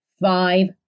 Five